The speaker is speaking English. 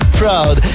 proud